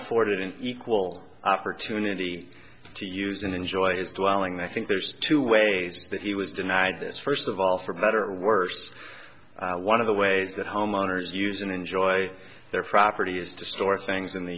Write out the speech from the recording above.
afforded an equal opportunity to use and enjoy his dwelling the i think there's two ways that he was denied this first of all for better or worse one of the ways that homeowners use and enjoy their property is to store things in the